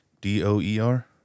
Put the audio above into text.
D-O-E-R